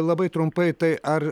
labai trumpai tai ar